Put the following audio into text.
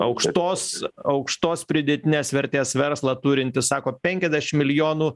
aukštos aukštos pridėtinės vertės verslą turintis sako penkiasdešim milijonų